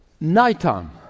Nighttime